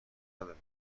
ندارم